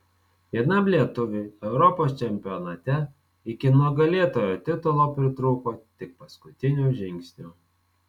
vienam lietuviui europos čempionate iki nugalėtojo titulo pritrūko tik paskutinio žingsnio